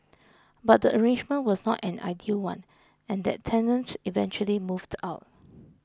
but the arrangement was not an ideal one and that tenant eventually moved out